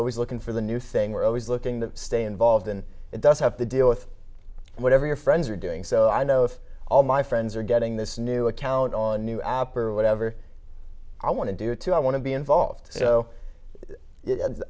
always looking for the new thing we're always looking to stay involved and it does have to deal with whatever your friends are doing so i know if all my friends are getting this new account on a new app or whatever i want to do it too i want to be involved so